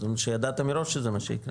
זאת אומרת שידעתם מראש שזה מה שייקרה,